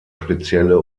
spezielle